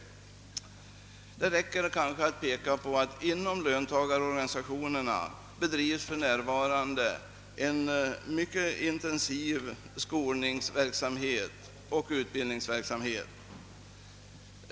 Det räcker kanske att framhålla att det inom löntagarorganisationerna för närvarande bedrivs en mycket intensiv skolningsoch utbildningsverksamhet.